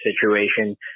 situation